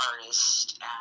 artist